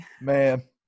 Man